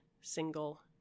single